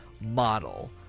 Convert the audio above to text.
model